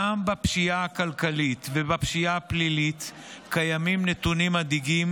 גם בפשיעה הכלכלית ובפשיעה הפלילית קיימים נתונים מדאיגים,